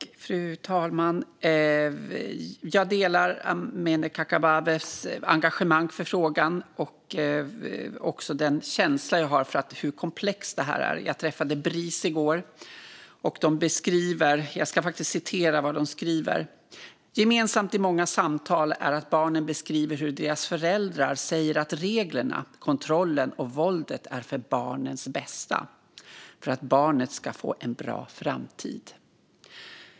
Fru talman! Jag delar Amineh Kakabavehs engagemang för frågan och också känslan för hur komplext det här är. Jag träffade Bris i går, och de beskriver det så här: Gemensamt i många samtal är att barnen beskriver hur deras föräldrar säger att reglerna, kontrollen och våldet är för barnens bästa, för att barnet ska få en bra framtid.